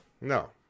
No